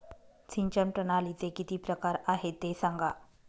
सिंचन प्रणालीचे किती प्रकार आहे ते सांगा